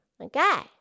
Okay